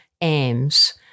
aims